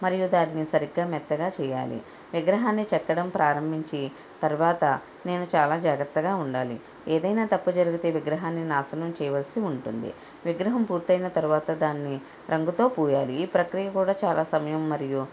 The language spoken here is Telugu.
మరియు దాన్ని సరిగ్గా మెత్తగా చేయాలి విగ్రహాన్ని చెక్కడం ప్రారంభించి తరువాత నేను చాలా జాగ్రత్తగా ఉండాలి ఏదైనా తప్పు జరిగితే విగ్రహాన్ని నాశనం చేయవల్సి ఉంటుంది విగ్రహం పూర్తయిన తరువాత దాన్ని రంగుతో పూయాలి ఈ ప్రక్రియ కూడా చాలా సమయం మరియు